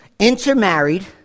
Intermarried